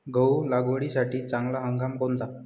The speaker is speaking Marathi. गहू लागवडीसाठी चांगला हंगाम कोणता?